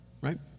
right